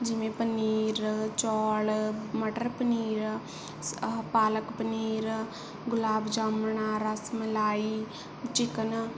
ਜਿਵੇਂ ਪਨੀਰ ਚੌਲ ਮਟਰ ਪਨੀਰ ਆਹ ਪਾਲਕ ਪਨੀਰ ਗੁਲਾਬ ਜਾਮਣਾਂ ਰਸ ਮਲਾਈ ਚਿਕਨ